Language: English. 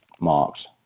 marked